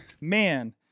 man